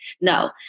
No